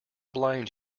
blind